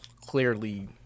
clearly